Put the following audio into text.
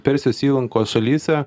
persijos įlankos šalyse